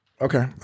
Okay